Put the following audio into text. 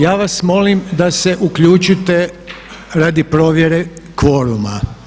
Ja vas molimo da se uključite radi provjere kvoruma.